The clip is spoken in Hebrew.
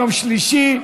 יום שלישי,